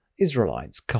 Israelites